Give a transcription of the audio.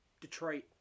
Detroit